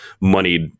moneyed